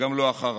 וגם לא אחריו.